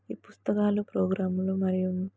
ఈ పుస్తకాలు ప్రోగ్రాములు మరియు